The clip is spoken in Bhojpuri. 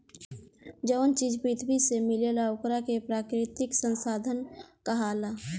जवन चीज पृथ्वी से मिलेला ओकरा के प्राकृतिक संसाधन कहाला